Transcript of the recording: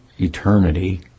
eternity